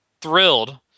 thrilled